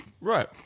Right